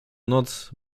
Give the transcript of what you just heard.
noc